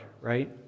right